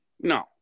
no